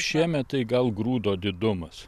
šiemet tai gal grūdo didumas